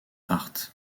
art